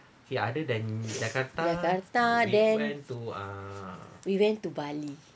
jakarta then we went to bali